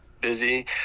busy